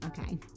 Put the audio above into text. Okay